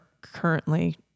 currently